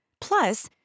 Plus